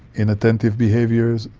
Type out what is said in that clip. inattentive behaviours,